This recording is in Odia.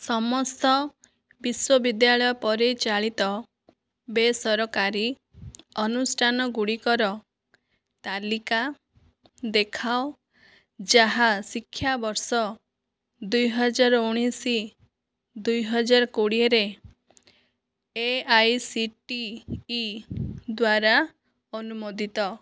ସମସ୍ତ ବିଶ୍ୱବିଦ୍ୟାଳୟ ପରିଚାଳିତ ବେସରକାରୀ ଅନୁଷ୍ଠାନ ଗୁଡ଼ିକର ତାଲିକା ଦେଖାଅ ଯାହା ଶିକ୍ଷା ବର୍ଷ ଦୁଇ ହଜାର ଉଣେଇଶି ଦୁଇ ହଜାର କୋଡ଼ିଏ ରେ AICTE ଦ୍ଵାରା ଅନୁମୋଦିତ